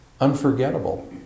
unforgettable